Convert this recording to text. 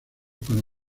para